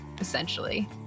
essentially